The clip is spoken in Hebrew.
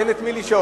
אין את מי לשאול.